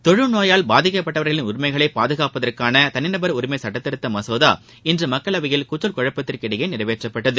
தொழுநோயால் பாதிக்கப்பட்டவர்களின் உரிமைகளை பாதுகாப்பதற்கான தனிநபர் உரிமை சுட்டத்திருத்த மகோதா இன்று மக்களவையில் கூச்சல் குழப்பத்திற்கிடையே நிறைவேற்றப்பட்டது